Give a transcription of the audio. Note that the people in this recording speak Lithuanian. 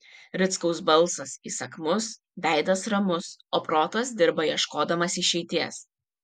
rickaus balsas įsakmus veidas ramus o protas dirba ieškodamas išeities